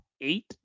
eight